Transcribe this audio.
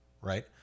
right